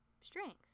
strength